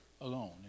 alone